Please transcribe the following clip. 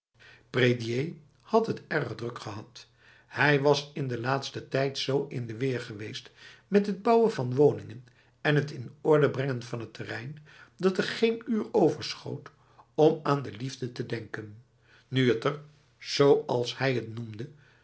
prédier had het erg druk gehad hij was in de laatste tijd z in de weer geweest met het bouwen van woningen en het in orde brengen van het terrein dat er geen uur overschoot om aan de liefde te denken nu het er zoals hij t noemde